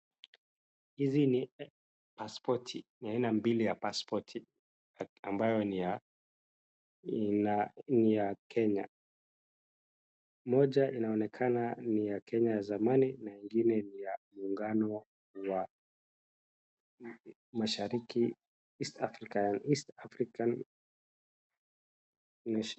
Hizi ni passport ni aina mbili ya passport ambayo ni ya ina ni ya Kenya, moja inaonekana ni ya Kenya ya zamani na ingine ni ya muungabo wa Mashariki, East Africa yaani, East African measure .